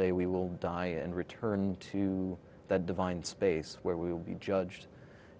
day we will die and return to that divine space where we will be judged